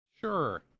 Sure